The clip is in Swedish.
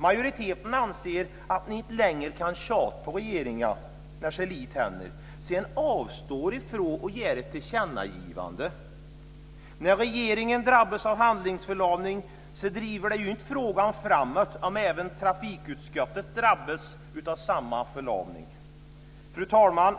Majoriteten anser att man inte längre kan tjata på regeringen när så lite händer att man avstår från att göra ett tillkännagivande. När regeringen drabbats av handlingsförlamning driver det ju inte frågan framåt om även trafikutskottet drabbas av samma förlamning. Fru talman!